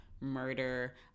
murder